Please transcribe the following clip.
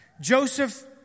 Joseph